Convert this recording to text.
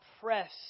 press